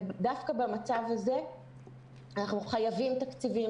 דווקא במצב הזה אנחנו חייבים תקציבים,